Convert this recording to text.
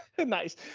nice